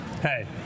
hey